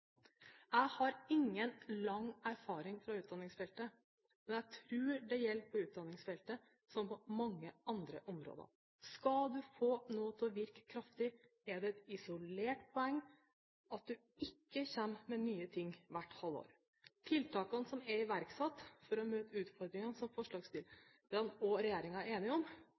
Jeg har ingen lang erfaring fra utdanningsfeltet, men jeg tror det samme gjelder på utdanningsfeltet som på mange andre områder, at skal du få noe til virke kraftig, er det et isolert poeng at du ikke kommer med nye ting hvert halvår. Tiltakene som er iverksatt for å møte utfordringene, som forslagsstillerne og regjeringen er enig om,